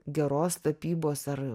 geros tapybos ar